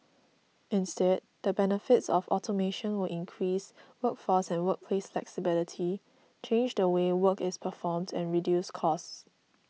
instead the benefits of automation will increase workforce and workplace flexibility change the way work is performed and reduce costs